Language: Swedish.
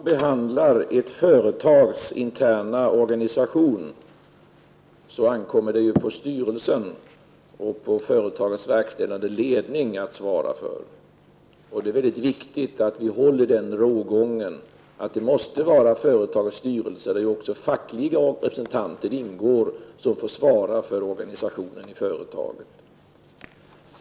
Herr talman! Förhållanden som gäller ett företags interna organisation ankommer det på styrelsen och på företagets verkställande ledning att svara för. Det är mycket viktigt att vi håller den rågången — att det måste vara företagets styrelse, där ju också fackliga representanter ingår, som får svara för organisationen i företaget.